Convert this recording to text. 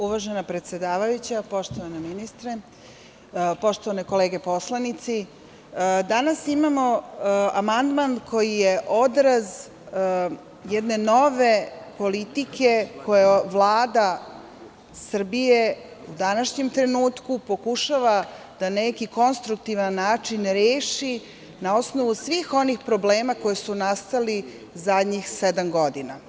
Uvažena predsedavajuća, poštovani ministre, poštovane kolege poslanici, danas imamo amandman koji je odraz jedne nove politike koju Vlada Srbije, u današnjem trenutku, pokušava na neki konstruktivan način da reši, a na osnovu svih onih problema koji su nastali zadnjih sedam godina.